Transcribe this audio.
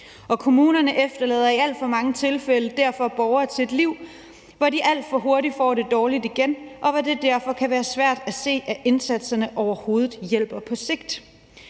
Og kommunerne efterlader i alt for mange tilfælde derfor borgere til et liv, hvor de alt for hurtigt får det dårligt igen, og hvor det derfor kan være svært at se, at indsatserne overhovedet hjælper på sigt.